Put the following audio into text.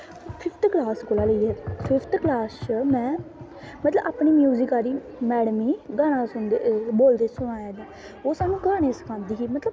fifth class कोला लेईयै fifth class च मैं मतलव में अपनी म्यूजिक आह्लियै मैड़म गी गाना बोलदे सुनेंआ ओह् साह्नू गाने सखांदी ही मतलव